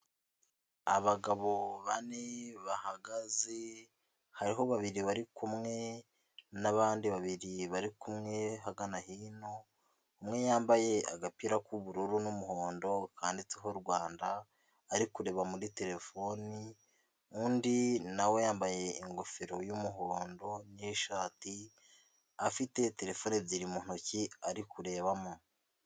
Abagabo bane bahagaze hariho babiri bari kumwe n'abandi babiri bari kumwe ahagana hino, umwe yambaye agapira k'ubururu n'umuhondo kanditseho Rwanda ari kureba muri terefoni, undi nawe yambaye ingofero y'umuhondo n'ishati, afite terefone ebyiri mu ntoki ari kurebamo.